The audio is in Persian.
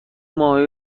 ماهی